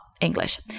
english